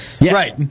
Right